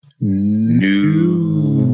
new